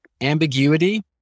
Ambiguity